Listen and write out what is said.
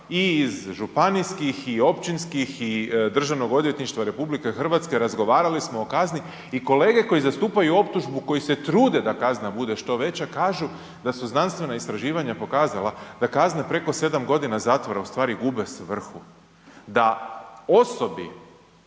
i iz županijskih i općinskih i Državnog odvjetništva RH, razgovarali smo o kazni i kolege koji zastupaju optužbu koji se trude da kazna bude što veća, kažu da su znanstvena istraživanja pokazala da kazne preko 7 godina zatvora u stvari gube svrhu. Da osobi